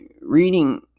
reading